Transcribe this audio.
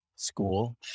school